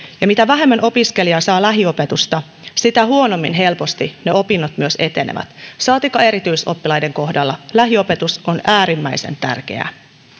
ja mitä vähemmän opiskelija saa lähiopetusta sitä huonommin ne opinnot helposti myös etenevät saatikka erityisoppilaiden kohdalla lähiopetus on äärimmäisen tärkeää